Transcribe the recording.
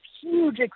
huge